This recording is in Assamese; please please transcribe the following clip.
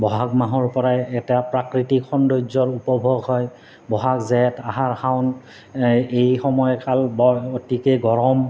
বহাগ মাহৰপৰাই এটা প্ৰাকৃতিক সৌন্দৰ্যৰ উপভোগ হয় বহাগ জেঠ আহাৰ শাওন এই সময় কাল বৰ অতিকে গৰম